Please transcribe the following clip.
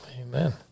Amen